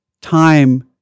time